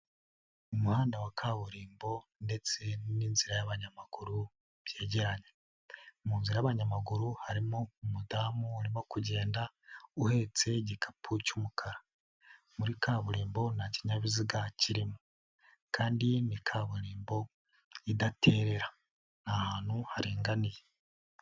Umuhanda wa kaburimbo ndetse n'inzira y'abanyamakuru byegeranye, mu nzira y'abanyamaguru harimo umudamu urimo kugenda uhetse igikapu cy'umukara, muri kaburimbo nta kinyabiziga kirimo kandi ni kaburimbo idaterera. Ni ahantu haringaniye.